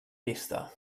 pista